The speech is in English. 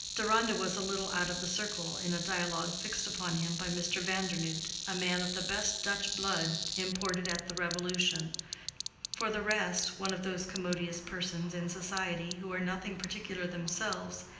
deronda was a little out of the circle in a dialogue fixed upon him by mr. vandernoodt, a man of the best dutch blood imported at the revolution for the rest, one of those commodious persons in society who are nothing particular themselves,